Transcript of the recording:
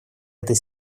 этой